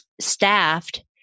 staffed